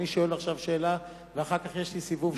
אני שואל עכשיו שאלה, ואחר כך יש לי סיבוב שני?